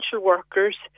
workers